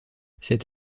cette